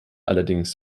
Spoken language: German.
allerdings